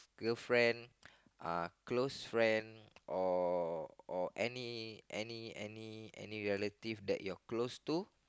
girlfriend uh close friend or any any any relative that you're close to